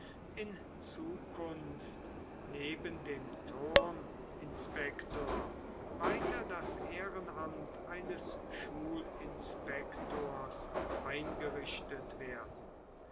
in zukunft neben dem turninspektor weiter das ehrenamt eines schulinspektors eingerichtet werden